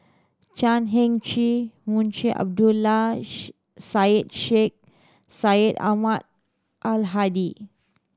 Chan Heng Chee Munshi Abdullah Syed Sheikh Syed Ahmad Al Hadi